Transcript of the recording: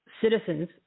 citizens